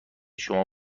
شما